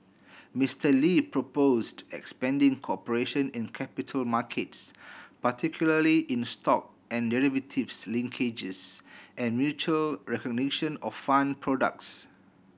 Mister Lee proposed expanding cooperation in capital markets particularly in stock and derivatives linkages and mutual recognition of fund products